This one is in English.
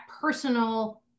personal